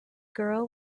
girl